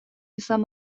izan